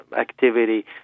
activity